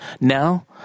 Now